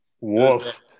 Wolf